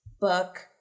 book